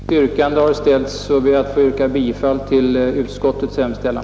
Fru talman! Då inget yrkande har ställts i debatten vill jag endast yrka bifall till utskottets hemställan.